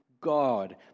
God